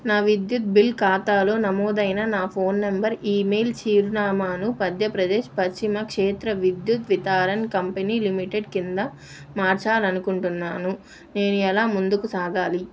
నా విద్యుత్ బిల్ ఖాతాలో నమోదైన నా ఫోన్ నంబర్ ఇమెయిల్ చిరునామాను మధ్యప్రదేశ్ పశ్చిమ క్షేత్ర విద్యుత్ వితారన్ కంపెనీ లిమిటెడ్ క్రింద మార్చాలి అనుకుంటున్నాను నేను ఎలా ముందుకు సాగాలి